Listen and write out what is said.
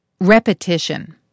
Repetition